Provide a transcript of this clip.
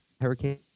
Hurricane